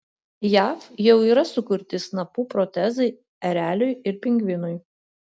jav jau yra sukurti snapų protezai ereliui ir pingvinui